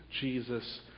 Jesus